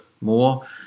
more